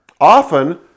often